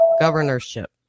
governorship